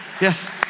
yes